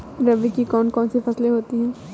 रबी की कौन कौन सी फसलें होती हैं?